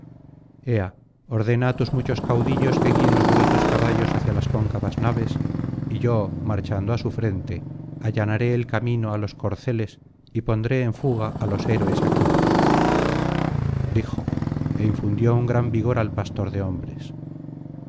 ordena á tus muchos caudillos que guíen los veloces caballos hacia las cóncavas naves y yo marchando á su frente allanaré el camino á los corceles y pondré en fuga á los héroes aquivos dijo é infundió un gran vigor al pastor de hombres